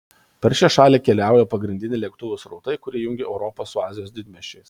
per šią šalį keliauja pagrindiniai lėktuvų srautai kurie jungia europą su azijos didmiesčiais